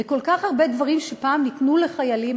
כל כך הרבה דברים שפעם ניתנו לחיילים,